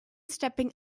stepping